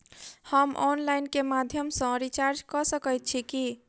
हम ऑनलाइन केँ माध्यम सँ रिचार्ज कऽ सकैत छी की?